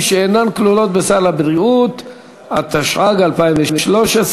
למתגייסים), התשע"ג 2013,